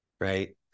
right